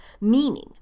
meaning